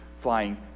flying